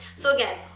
so again,